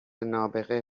نابغه